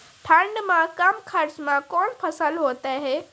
ठंड मे कम खर्च मे कौन फसल होते हैं?